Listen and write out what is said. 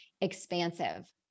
expansive